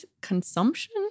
consumption